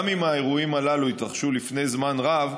גם אם האירועים הללו התרחשו לפני זמן רב,